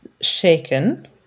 shaken